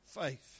faith